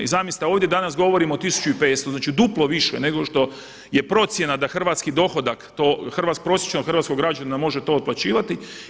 I zamislite, ovdje danas govorimo o 1500, znači duplo više nego što je procjena da hrvatski dohodak, prosječnog hrvatskog građanina može to otplaćivati.